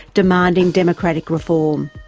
demanding democratic reform.